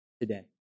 today